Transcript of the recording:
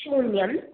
शून्यं